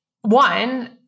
one